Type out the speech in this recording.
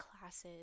classes